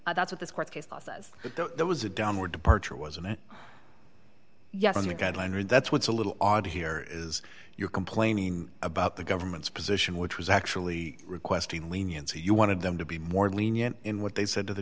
but that's what this court case law says that there was a downward departure wasn't yet on the guideline and that's what's a little odd here is you're complaining about the government's position which was actually requesting leniency you wanted them to be more lenient in what they said to the